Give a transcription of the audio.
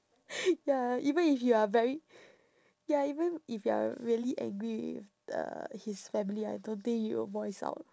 ya even if you are very ya even if you are really angry with uh his family I don't think you will voice out